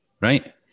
right